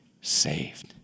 saved